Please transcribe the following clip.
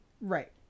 Right